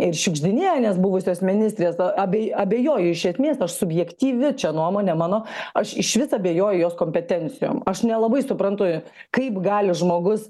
ir šiugždinienės buvusios ministrės abe abejoju iš esmės aš subjektyvi nuomonė mano aš išvis abejoju jos kompetencijom aš nelabai suprantu kaip gali žmogus